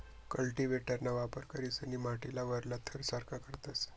कल्टीव्हेटरना वापर करीसन माटीना वरला थर सारखा करतस